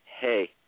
hey